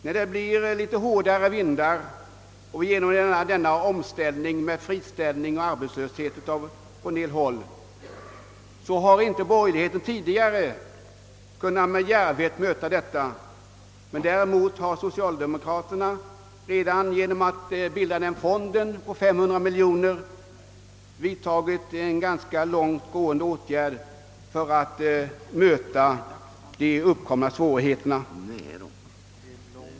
När det blåser litet hårdare vindar med omställning och arbetslöshet på en del håll, har inte borgerligheten något recept att möta situationen. Däremot har socialdemokraterna redan genom att skapa fonden på 500 miljoner kronor vidtagit en ganska långtgående åtgärd för att möta de uppkomna svårigheterna.